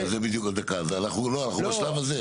אנחנו בשלב הזה.